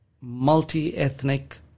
multi-ethnic